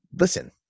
listen